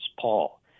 Paul